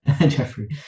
Jeffrey